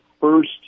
first